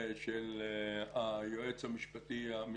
של היועץ המשפטי המשרדי.